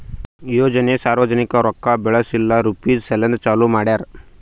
ಯೋಜನೆ ಸಾರ್ವಜನಿಕ ರೊಕ್ಕಾ ಬೆಳೆಸ್ ಇಲ್ಲಾ ರುಪೀಜ್ ಸಲೆಂದ್ ಚಾಲೂ ಮಾಡ್ಯಾರ್